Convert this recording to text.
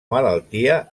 malaltia